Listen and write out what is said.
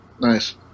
Nice